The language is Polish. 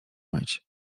myć